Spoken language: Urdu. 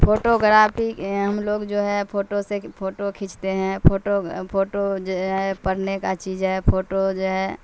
فوٹوگرافی ہم لوگ جو ہے فوٹو سے فوٹو کھینچتے ہیں فوٹو فوٹو جو ہے پڑھنے کا چیز ہے فوٹو جو ہے